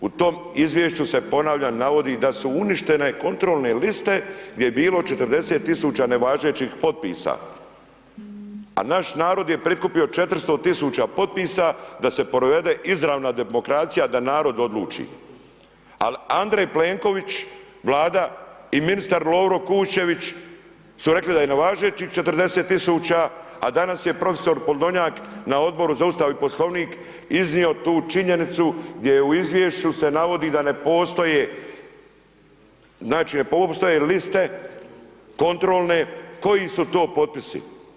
U tom izvješću se ponavljam, navodi da su uništene kontrolne liste gdje je bilo 40 000 nevažećih potpisa a naš narod je prikupio 400 000 popisa da se provede izravna demokracija, da narod odluči ali Andrej Plenković, Vlada i ministar Lovro Kuščević su rekli da je nevažećih 40 000 a danas je prof. Podolnjak na Odboru za Ustav i Poslovnik iznio tu činjenicu gdje je u izvješću se navodi da ne postoje liste kontrolne, koji su to potpisi.